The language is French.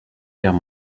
guerre